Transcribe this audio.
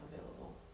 available